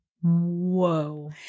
Whoa